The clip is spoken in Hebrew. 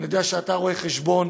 אני יודע שאתה רואה-חשבון,